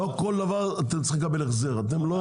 לא על כל דבר אתם צריכים לקבל החזר, אתם לא בנק.